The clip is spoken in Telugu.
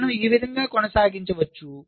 మనము ఈ విధంగా కొనసాగించవచ్చు